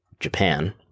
Japan